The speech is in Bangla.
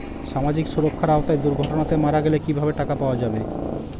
সামাজিক সুরক্ষার আওতায় দুর্ঘটনাতে মারা গেলে কিভাবে টাকা পাওয়া যাবে?